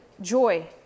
joy